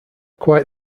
quite